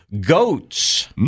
goats